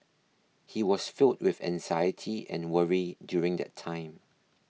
he was filled with anxiety and worry during that time